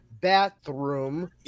bathroom